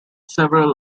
several